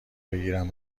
بگیرم